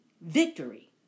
victory